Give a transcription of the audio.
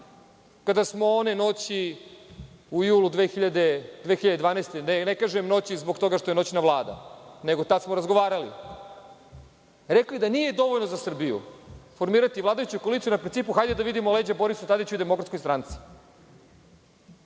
kada smo one noći u julu 2012. godine, ne kažem noći zbog toga što je noćna vlada, nego tada smo razgovarali, rekli da nije dovoljno za Srbiju formirati vladajuću koaliciju na principu – hajde da vidimo leđa Borisu Tadiću i DS.Kada se